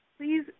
Please